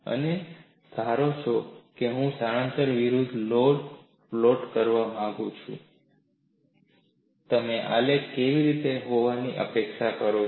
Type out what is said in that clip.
અને ધારો કે હું સ્થાનાંતરણ વિરુદ્ધ લોડ પ્લોટ કરવા માંગું છું તમે આલેખ કેવી રીતે હોવાની અપેક્ષા કરશો